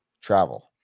travel